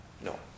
No